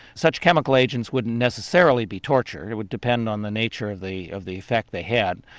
such chemical agents wouldn't necessarily be torture, it would depend on the nature of the of the effect they had.